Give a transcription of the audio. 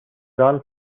done